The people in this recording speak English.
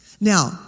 Now